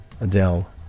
Adele